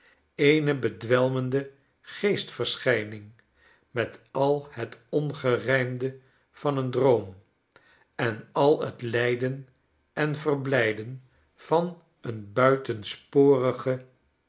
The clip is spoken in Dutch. eene bedwelmende geestverschijning met al het ongerijmde van een droom en al het lijden en verblijden van eene